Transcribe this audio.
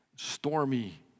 stormy